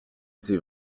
sie